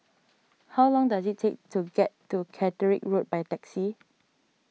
how long does it take to get to Catterick Road by taxi